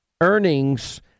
earnings